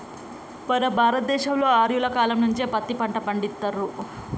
మన భారత దేశంలో ఆర్యుల కాలం నుంచే పత్తి పంట పండిత్తుర్రు